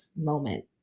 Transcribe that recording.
moment